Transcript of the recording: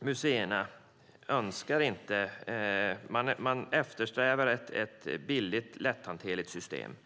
museerna eftersträvar ett billigt och lätthanterligt system.